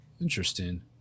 Interesting